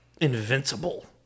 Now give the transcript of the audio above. invincible